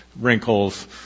Wrinkles